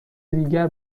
دیگر